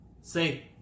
Say